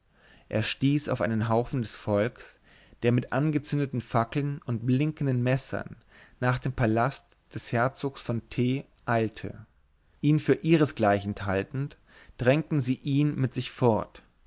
er stieß auf einen haufen des volks der mit angezündeten fackeln und blinkenden messern nach dem palast des herzogs von t eilte ihn für ihresgleichen haltend drängten sie ihn mit sich fort